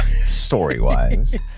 Story-wise